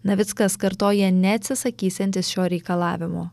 navickas kartoja neatsisakysiantis šio reikalavimo